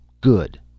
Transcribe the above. Good